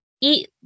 eat